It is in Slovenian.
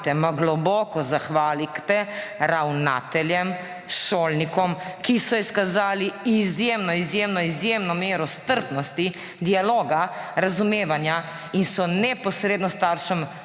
zahvalite, globoko zahvalite ravnateljem, šolnikom, ki so izkazali izjemno izjemno izjemno izjemno mero strpnosti, dialoga, razumevanja in so neposredno staršem